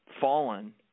fallen